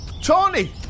Tony